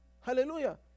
Hallelujah